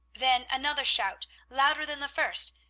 then another shout, louder than the first,